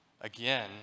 again